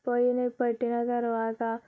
పొయ్యి మీద పెట్టిన తర్వాత